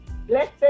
Blessed